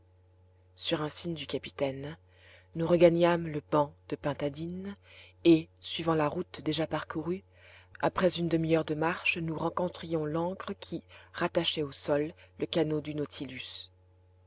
sur un signe du capitaine nous regagnâmes le banc de pintadines et suivant la route déjà parcourue après une demi-heure de marche nous rencontrions l'ancre qui rattachait au sol le canot du nautilus